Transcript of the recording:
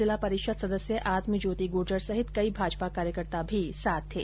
जिला परिषद सदस्य आत्मज्योति गुर्जेर सहित कई भाजपा कार्यकर्ता भी उनके साथ थे